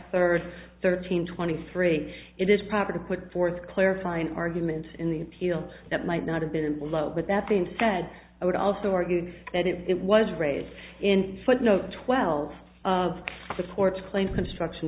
third thirteen twenty three it is proper to put forth clarifying arguments in the appeal that might not have been followed but that being said i would also argue that it was raised in a footnote twelve of the court's claim construction